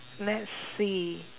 let's see